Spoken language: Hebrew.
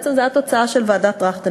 בעצם זו הייתה תוצאה של ועדת טרכטנברג.